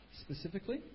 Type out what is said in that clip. specifically